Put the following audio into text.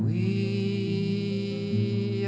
we